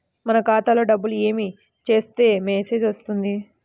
మన ఖాతాలో డబ్బులు ఏమి చేస్తే మెసేజ్ వస్తుంది?